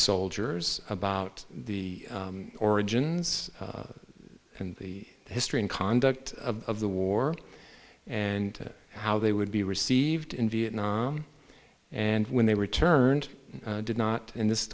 soldiers about the origins and the history and conduct of the war and how they would be received in vietnam and when they returned did not and this